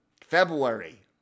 February